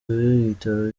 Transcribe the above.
ibitaro